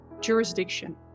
jurisdiction